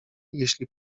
jeśli